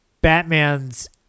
Batman's